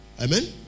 Amen